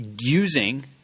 using